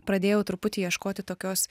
pradėjau truputį ieškoti tokios